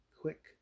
Quick